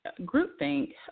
groupthink